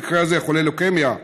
במקרה הזה חולה לוקמיה,